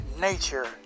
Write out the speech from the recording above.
nature